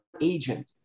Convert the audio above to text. agent